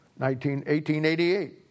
1888